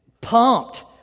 pumped